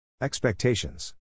Expectations